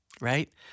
right